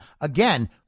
Again